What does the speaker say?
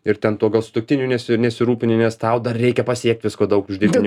ir ten tuo gal sutuoktiniu nes nesirūpini nes tau dar reikia pasiekt visko daug uždirbt